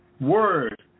Word